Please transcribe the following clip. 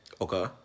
okay